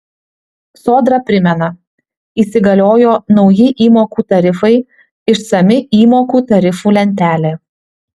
sodra primena įsigaliojo nauji įmokų tarifai išsami įmokų tarifų lentelė